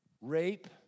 Rape